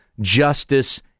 justice